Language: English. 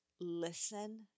listen